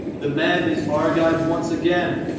the man is argive once again,